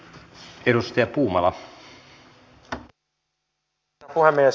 herra puhemies